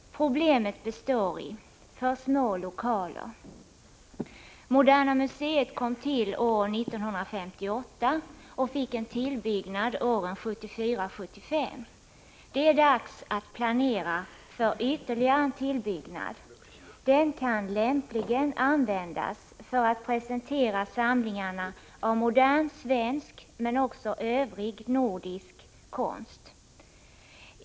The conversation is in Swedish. Problemet består i för små lokaler. Moderna museet kom till år 1958 och har fått en tillbyggnad som utfördes 1974-1975. Det är dags att planera för ytterligare en tillbyggnad. Den kan lämpligen användas för att presentera samlingarna av modern svensk, men också övrig nordisk, konst.